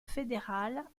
fédérale